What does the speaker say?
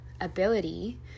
ability –